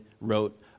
wrote